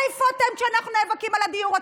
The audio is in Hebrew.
איפה אתם כשאנחנו נאבקים על הדיור הציבורי?